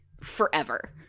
forever